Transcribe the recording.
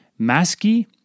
masky